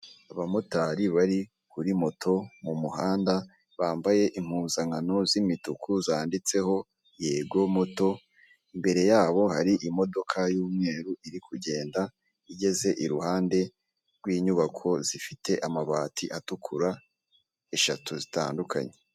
Abamotari bari kuri moto mu muhanda, bambaye impuzankano z'imituku zanditseho yego moto, imbere yabo hari imodoka y'umweru iri kugenda igeze i ruhande rw'inyubako zifite amabati atukura eshatu zitandukanye.